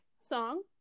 song